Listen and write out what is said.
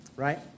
Right